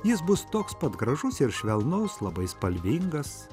jis bus toks pat gražus ir švelnus labai spalvingas